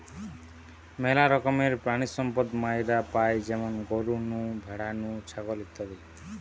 মেলা রকমের প্রাণিসম্পদ মাইরা পাই যেমন গরু নু, ভ্যাড়া নু, ছাগল ইত্যাদি